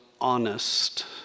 honest